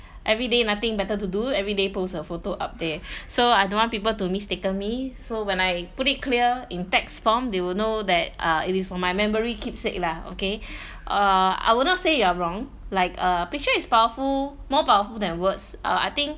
everyday nothing better to do everyday post a photo up there so I don't want people to mistaken me so when I put it clear in text form they will know that uh it is for my memory keepsake lah okay uh I would not say you are wrong like a picture is powerful more powerful than words uh I think